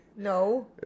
No